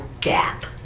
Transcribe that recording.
gap